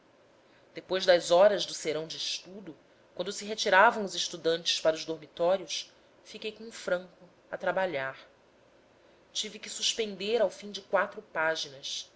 depois das horas do serão de estudo quando se retiravam os estudantes para os dormitórios fiquei com o franco a trabalhar tive que suspender ao fim de quatro páginas